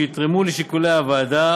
שיתרמו לשיקולי הוועדה